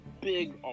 big